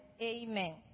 Amen